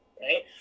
right